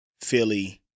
Philly